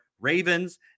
Ravens